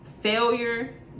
failure